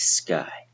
sky